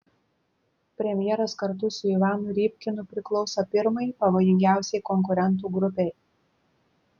premjeras kartu su ivanu rybkinu priklauso pirmai pavojingiausiai konkurentų grupei